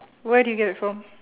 where do you get it from